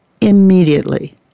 Immediately